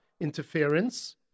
interference